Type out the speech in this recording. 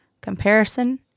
Comparison